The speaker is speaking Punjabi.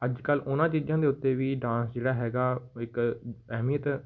ਅੱਜ ਕੱਲ੍ਹ ਉਹਨਾਂ ਚੀਜ਼ਾਂ ਦੇ ਉੱਤੇ ਵੀ ਡਾਂਸ ਜਿਹੜਾ ਹੈਗਾ ਇੱਕ ਅਹਿਮੀਅਤ